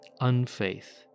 unfaith